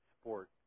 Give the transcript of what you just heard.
sport